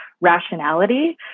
rationality